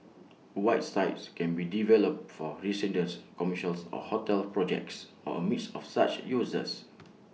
white sites can be developed for residents commercials or hotel projects or A mix of such uses